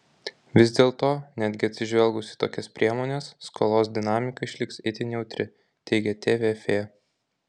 vis dėto netgi atsižvelgus į tokias priemones skolos dinamika išliks itin jautri teigia tvf